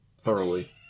thoroughly